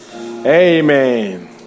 Amen